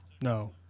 No